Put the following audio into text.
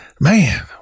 Man